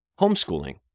Homeschooling